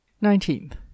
Nineteenth